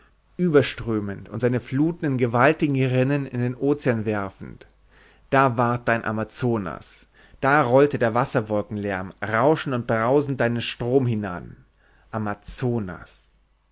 überströmend und seine fluten in gewaltigen rinnen in den ozean werfend da ward dein amazonas da rollte der wasserwolkenlärm rauschend und brausend deinen strom hinan amazonas